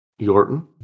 Yorton